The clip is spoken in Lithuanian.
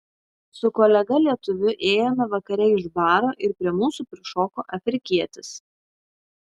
su kolega lietuviu ėjome vakare iš baro ir prie mūsų prišoko afrikietis